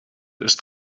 ist